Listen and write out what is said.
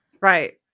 Right